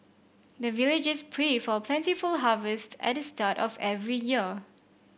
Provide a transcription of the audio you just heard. the villagers pray for plentiful harvest at the start of every year